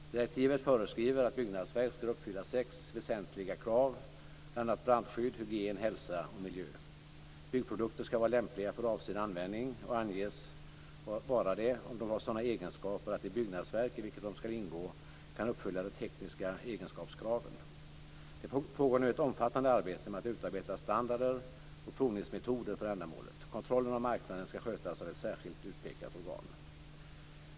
Direktivet föreskriver att byggnadsverk skall uppfylla sex väsentliga krav, om bl.a. brandskydd, hygien, hälsa och miljö. Byggprodukter skall vara lämpliga för avsedd användning och anges vara det, om de har sådana egenskaper att det byggnadsverk i vilket de skall ingå kan uppfylla de tekniska egenskapskraven. Det pågår nu ett omfattande arbete med att utarbeta standarder och provningsmetoder för ändamålet. Kontrollen av marknaden skall skötas av ett särskilt utpekat organ.